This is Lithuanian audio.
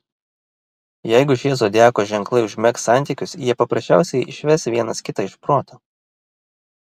jeigu šie zodiako ženklai užmegs santykius jie paprasčiausiai išves vienas kitą iš proto